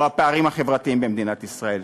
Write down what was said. הוא הפערים החברתיים במדינת ישראל,